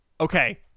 Okay